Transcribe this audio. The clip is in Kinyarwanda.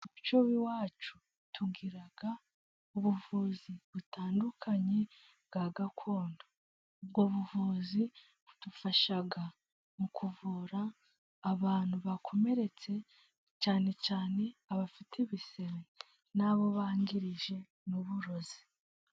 Mumuco w'iwacu tugira ubuvuzi butandukanye bwa gakondo. Ubwo buvuzi budufasha mu kuvura abantu bakomeretse, cyane cyane abafite ibisebe, n'abo bangirije n'uburozi.